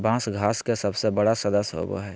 बाँस घास के सबसे बड़ा सदस्य होबो हइ